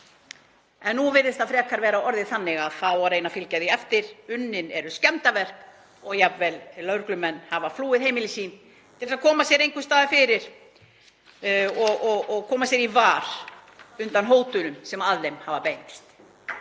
en nú virðist það frekar vera orðið þannig að það á að reyna að fylgja því eftir. Unnin eru skemmdarverk og lögreglumenn hafa jafnvel flúið heimili sín til að koma sér einhvers staðar fyrir og koma sér í var undan hótunum sem að þeim hafa beinst.